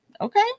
okay